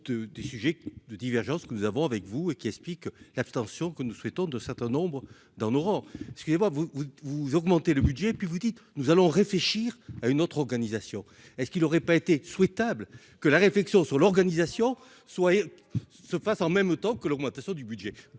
des sujets de divergence que nous avons avec vous et qui explique l'abstention que nous souhaitons de certains nombres dans nos rangs, ce qui pas vous vous vous augmenter le budget et puis vous dites nous allons réfléchir à une autre organisation, est ce qu'il aurait pas été souhaitable que la réflexion sur l'organisation, soit se fasse en même temps que l'augmentation du budget